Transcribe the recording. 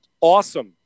awesome